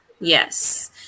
yes